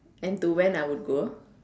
and to when I would go